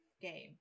game